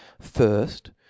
First